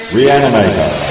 Reanimator